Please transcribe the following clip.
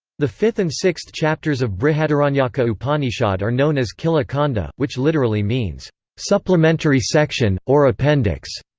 the fifth and sixth chapters of brihadaranyaka upanishad are known as khila khanda, which literally means supplementary section, or appendix.